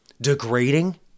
degrading